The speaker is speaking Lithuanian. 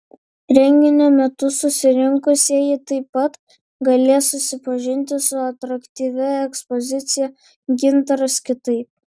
renginio metu susirinkusieji taip pat galės susipažinti su atraktyvia ekspozicija gintaras kitaip